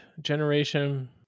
Generation